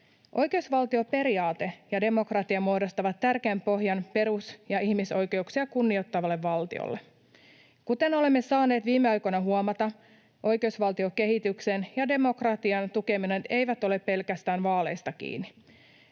Oikeusvaltioperiaate ja demokratia muodostavat tärkeän pohjan perus- ja ihmisoikeuksia kunnioittavalle valtiolle. Kuten olemme saaneet viime aikoina huomata, oikeusvaltiokehityksen ja demokratian tukeminen eivät ole pelkästään vaaleista kiinni.